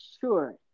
sure